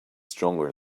stronger